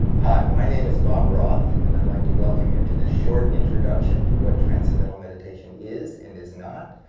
hi, my name is bob roth, and i'd like to welcome you to this short introduction to what transcendental meditation is and is not,